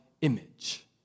image